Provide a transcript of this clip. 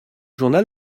journal